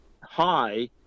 high